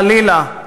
חלילה,